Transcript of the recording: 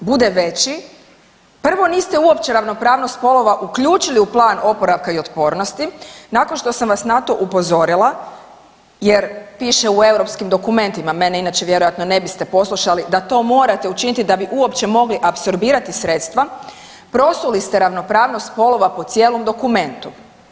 A da paradoks bude veći prvo niste uopće ravnopravnost spolova uključili u plan oporavka i otpornosti nakon što sam vas na to upozorila jer piše u Europskim dokumentima, mene vjerojatno ne biste poslušali, da to morate učiniti da bi uopće mogli apsorbirati sredstva, prosuli ste ravnopravnost spolova po cijelom dokumentu.